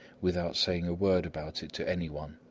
without saying a word about it to anyone.